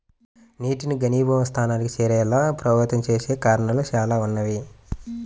నీటిని ఘనీభవన స్థానానికి చేరేలా ప్రభావితం చేసే కారణాలు చాలా ఉన్నాయి